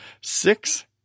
six